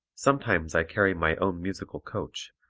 sometimes i carry my own musical coach,